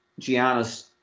Giannis